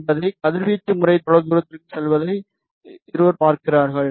என்பதை கதிர்வீச்சு முறை தொலைதூரத்திற்கு செல்வதை இருவர் பார்க்கிறார்கள்